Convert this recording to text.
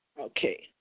Okay